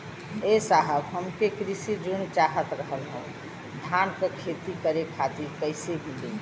ए साहब हमके कृषि ऋण चाहत रहल ह धान क खेती करे खातिर कईसे मीली?